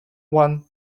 one